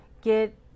get